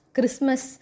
Christmas